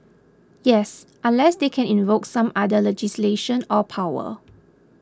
yes unless they can invoke some other legislation or power